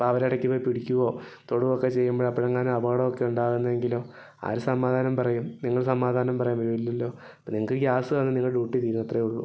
അപ്പം അവർ ഇടയ്ക്ക് പോയി പിടിക്കുകയോ തൊടുകയോ ഒക്കെ ചെയ്യുമ്പോൾ അപ്പോഴെങ്ങാനും അപകടം ഒക്കെ ഉണ്ടാവുന്നതെങ്കിലോ ആരു സമാധാനം പറയും നിങ്ങൾ സമാധാനം പറയാൻ വരുമോ ഇല്ലല്ലോ അപ്പോൾ നിങ്ങൾക്ക് ഗ്യാസ് തന്ന് നിങ്ങളുടെ ഡ്യൂട്ടി തീരും അത്രേ ഉള്ളൂ